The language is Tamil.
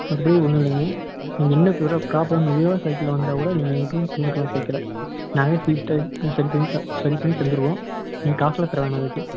மற்றபடி ஒன்றும் இல்லைங்க நீங்கள் இன்னும் ப்யூராக ப்ராப்பராக மெதுவாக சைக்கிளில் வந்தால் கூட நீங்கள் எங்குட்டும் திரும்பிக்கலாம் சைக்கிளை நாங்களே ஷீட் சரி தந்து சரி பண்ணி தந்துடுவோம் நீங்கள் காசுலாம் தர வேணாம் அதுக்கு